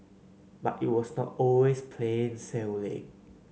but it was not always plain sailing